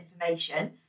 information